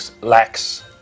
lacks